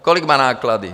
Kolik mají náklady?